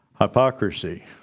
Hypocrisy